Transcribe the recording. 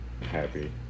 happy